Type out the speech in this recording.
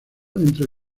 entre